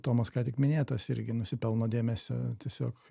tomos ką tik minėtas irgi nusipelno dėmesio tiesiog